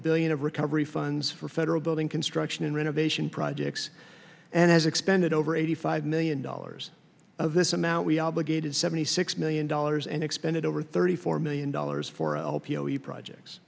billion of recovery funds for federal building construction and renovation projects and has expended over eighty five million dollars of this amount we obligated seventy six million dollars and expended over thirty four million dollars for l p o e projects